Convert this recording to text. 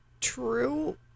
True